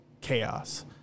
chaos